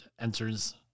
enters